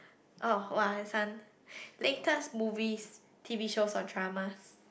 oh [wah] this one latest movies T_V shows or dramas